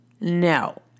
No